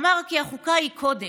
אמר כי החוקה היא קודקס,